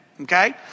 okay